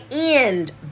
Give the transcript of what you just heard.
end